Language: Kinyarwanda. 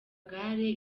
gare